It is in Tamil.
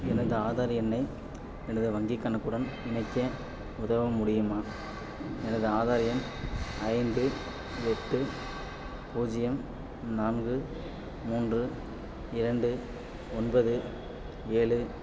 எனது ஆதார் எண்ணை எனது வங்கிக் கணக்குடன் இணைக்க உதவ முடியுமா எனது ஆதார் எண் ஐந்து எட்டு பூஜ்ஜியம் நான்கு மூன்று இரண்டு ஒன்பது ஏழு